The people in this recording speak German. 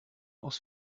aus